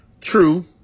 true